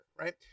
Right